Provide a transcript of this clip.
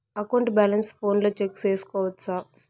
account balance ఫోనులో check సేసుకోవచ్చా